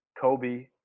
Kobe